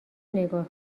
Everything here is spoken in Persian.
نگاه